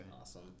awesome